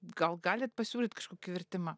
gal galit pasiūlyt kažkokį vertimą